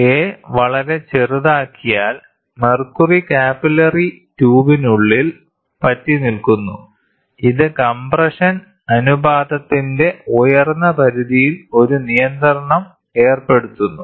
a വളരെ ചെറുതാക്കിയാൽ mercury capillary ട്യൂബിനുള്ളിൽ പറ്റിനിൽക്കുന്നു ഇത് കംപ്രഷൻ അനുപാതത്തിന്റെ ഉയർന്ന പരിധിയിൽ ഒരു നിയന്ത്രണം ഏർപ്പെടുത്തുന്നു